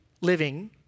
living